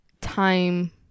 time